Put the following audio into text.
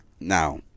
Now